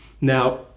Now